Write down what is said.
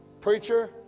Preacher